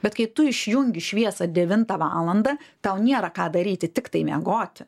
bet kai tu išjungi šviesą devintą valandą tau nėra ką daryti tiktai miegoti